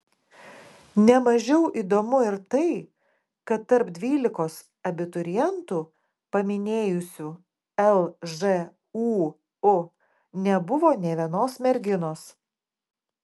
ne mažiau įdomu ir tai kad tarp dvylikos abiturientų paminėjusių lžūu nebuvo nė vienos merginos